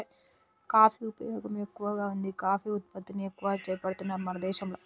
coffee ఉపయోగం ఎక్కువగా వుంది కాఫీ ఉత్పత్తిని ఎక్కువ చేపడుతున్నారు మన దేశంల